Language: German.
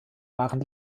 waren